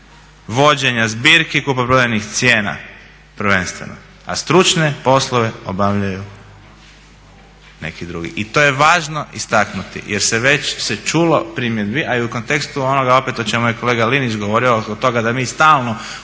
vođenja zbirki kupoprodajnih cijena prvenstveno, a stručne poslove obavljaju neki drugi. I to je važno istaknuti jer se već čulo primjedbi, a i u kontekstu onoga opet o čemu je kolega Linić govorio oko toga da mi stalno